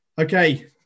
Okay